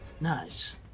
Nice